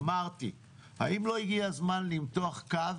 אמרתי- האם לא הגיע זמן למתוח קו